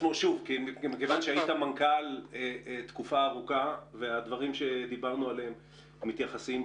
מכיוון שהיית מנכ"ל תקופה ארוכה אז בהחלט טוב שאתה משתתף בישיבה זו.